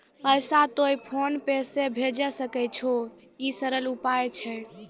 पैसा तोय फोन पे से भैजै सकै छौ? ई सरल उपाय छै?